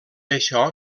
això